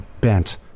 bent